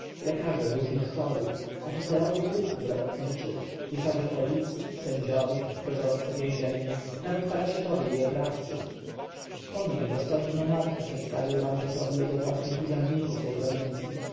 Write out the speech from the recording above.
lekarze różnych chorób oficerowie pułków robotniczych pisarze policji sędziowie dozorcy więzień nawet paraszytowie i oprawcy po nich dostojny nomarcha przedstawił ramzesowi jego własnych urzędników tej prowincji